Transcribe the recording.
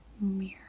mirror